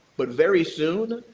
but very soon,